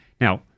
Now